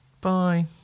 bye